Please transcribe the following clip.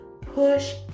push